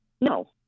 No